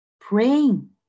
praying